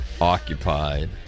occupied